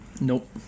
nope